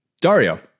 Dario